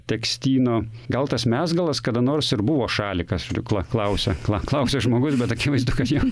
tekstyno gal tas mezgalas kada nors ir buvo šalikas žodžiu kla klausia klausia žmogus bet akivaizdu kad jam